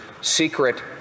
secret